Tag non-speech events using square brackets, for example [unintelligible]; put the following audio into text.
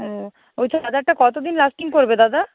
ও [unintelligible] কতোদিন লাস্টিং করবে দাদা